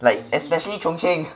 like especially chung cheng